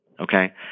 okay